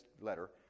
letter